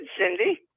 Cindy